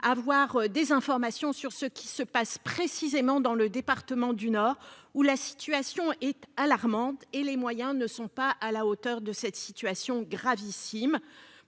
avoir des informations sur ce qui se passe précisément dans le département du Nord, où la situation est alarmante. Les moyens n'y sont pas à la hauteur de la situation, qui est gravissime.